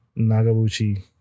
Nagabuchi